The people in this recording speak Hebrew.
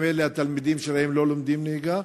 שממילא התלמידים שלהם לא לומדים נהיגה,